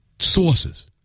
sources